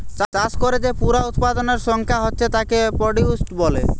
চাষ কোরে যে পুরা উৎপাদনের সংখ্যা হচ্ছে তাকে প্রডিউস বলে